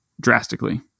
drastically